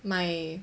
my